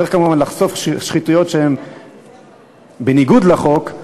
צריך, כמובן, לחשוף שחיתויות שהן בניגוד לחוק,